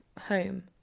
home